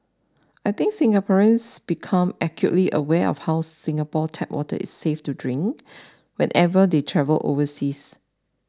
I think Singaporeans become acutely aware of how Singapore tap water is safe to drink whenever they travel overseas